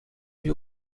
ҫук